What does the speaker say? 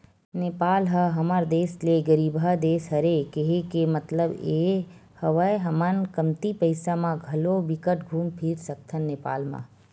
नेपाल ह हमर देस ले गरीबहा देस हरे, केहे के मललब ये हवय हमन कमती पइसा म घलो बिकट घुम फिर सकथन नेपाल म